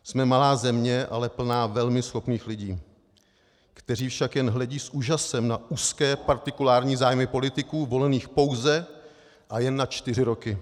Jsme malá země, ale plná velmi schopných lidí, kteří však jen hledí s úžasem na úzké partikulární zájmy politiků volených pouze a jen na čtyři roky.